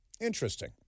Interesting